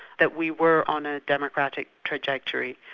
that we were on a democratic trajectory.